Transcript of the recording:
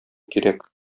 кирәк